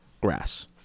grass